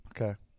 Okay